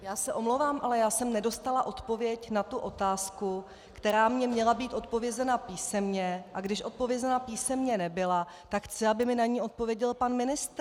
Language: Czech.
Já se omlouvám, ale já jsem nedostala odpověď na tu otázku, která mi měla být zodpovězena písemně, a když zodpovězena písemně nebyla, tak chci, aby mi na ni odpověděl pan ministr.